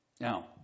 Now